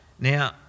Now